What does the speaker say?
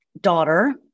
daughter